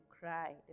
cry